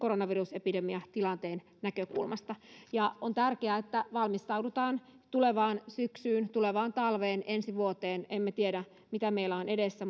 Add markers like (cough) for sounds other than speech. koronavirusepidemiatilanteen näkökulmasta on tärkeää että valmistaudutaan tulevaan syksyyn tulevaan talveen ensi vuoteen emme tiedä mitä meillä on edessä (unintelligible)